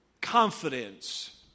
confidence